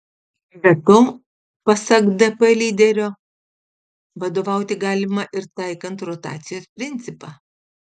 be to pasak dp lyderio vadovauti galima ir taikant rotacijos principą